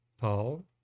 Paul